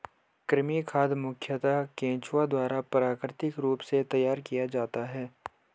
कृमि खाद मुखयतः केंचुआ द्वारा प्राकृतिक रूप से तैयार किया जाता है